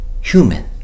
human